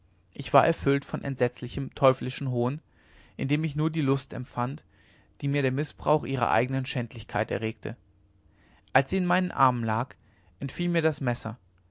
ich war erfüllt von entsetzlichem teuflischen hohn indem ich nur die lust empfand die mir der mißbrauch ihrer eignen schändlichkeit erregte als sie in meinen armen lag entfiel mir das messer